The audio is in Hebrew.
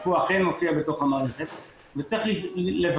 הוא אכן מופיע בתוך המערכת וצריך לברר